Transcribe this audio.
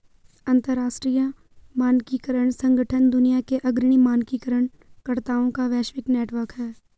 अंतर्राष्ट्रीय मानकीकरण संगठन दुनिया के अग्रणी मानकीकरण कर्ताओं का वैश्विक नेटवर्क है